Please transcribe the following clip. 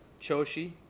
Choshi